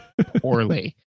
poorly